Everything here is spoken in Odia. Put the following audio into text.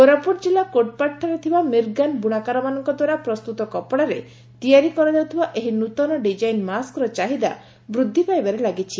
କୋରାପୁଟ ଜିଲ୍ଲା କୋଟପାଡ଼ଠାରେ ଥିବା ମୀରଗାନ୍ ବୁଶାକାରଙ୍ଦ୍ୱାରା ପ୍ରସ୍ତୁତ କପଡ଼ାରେ ତିଆରି କରାଯାଉଥବା ଏହି ନ୍ତନ ଡିଜାଇନ୍ ମାସ୍କର ଚାହିଦା ବୃକ୍କି ପାଇବାରେ ଲାଗିଛି